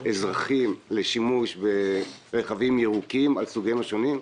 אזרחים לשימוש ברכבים ירוקים על סוגיהם השונים,